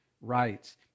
Rights